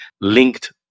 linked